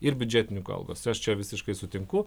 ir biudžetininkų algos aš čia visiškai sutinku